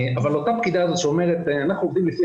אבל אותה הפקידה שאומרת 'אנחנו עובדים לפי